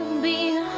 be